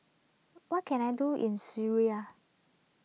what can I do in Syria